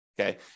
okay